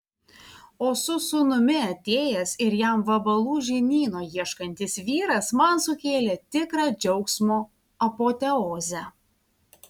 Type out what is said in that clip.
o su sūnumi atėjęs ir jam vabalų žinyno ieškantis vyras man sukėlė tikrą džiaugsmo apoteozę